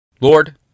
Lord